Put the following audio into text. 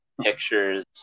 pictures